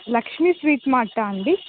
Lakshmi sweet మార్టా అండి